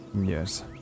Yes